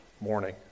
morning